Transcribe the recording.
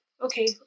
Okay